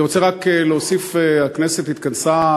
אני רוצה רק להוסיף שהכנסת התכנסה,